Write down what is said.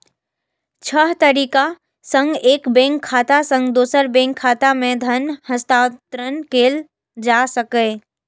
छह तरीका सं एक बैंक खाता सं दोसर बैंक खाता मे धन हस्तांतरण कैल जा सकैए